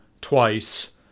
twice